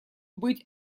быть